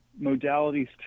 modalities